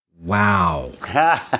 Wow